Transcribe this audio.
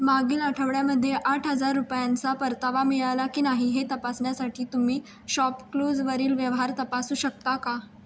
मागील आठवड्यामध्ये आठ हजार रुपयांचा परतावा मिळाला की नाही हे तपासण्यासाठी तुम्ही शॉपक्लोजवरील व्यवहार तपासू शकता का